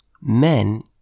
men